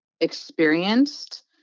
experienced